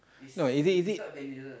no is it is it